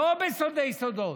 לא בסודי-סודות,